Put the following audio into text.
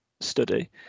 study